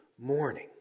morning